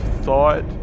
thought